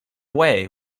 way